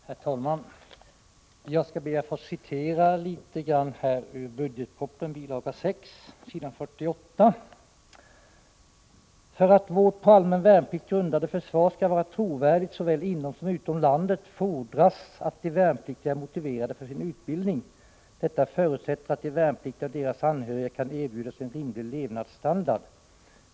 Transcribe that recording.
Herr talman! Jag skall be att få citera ett stycke ur budgetpropositionens bil. 6, s. 48: ”För att vårt på allmän värnplikt grundade försvar skall vara trovärdigt såväl inom som utom landet fordras att de värnpliktiga är motiverade för sin utbildning. Detta förutsätter att de värnpliktiga och deras anhöriga kan erbjudas en rimlig levnadsstandard.